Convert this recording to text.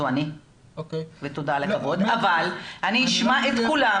זאת אני ותודה על הכבוד אבל אני אשמע את כולם